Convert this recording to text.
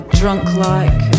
drunk-like